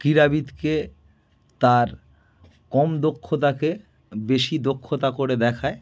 ক্রীড়াবিদকে তার কম দক্ষতাকে বেশি দক্ষতা করে দেখায়